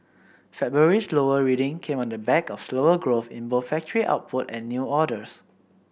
February's lower reading came on the back of slower growth in both factory output and new orders